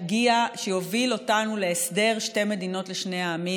שיוביל אותנו להסדר שתי מדינות לשני עמים,